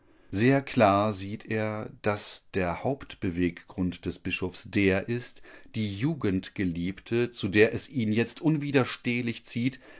sehr klar sieht er daß der hauptbeweggrund des bischofs der ist die jugendgeliebte zu der es ihn jetzt unwiderstehlich zieht